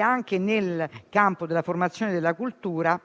Anche nel campo della formazione e della cultura,